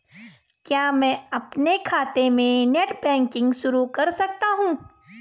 क्या मैं अपने खाते में नेट बैंकिंग शुरू कर सकता हूँ?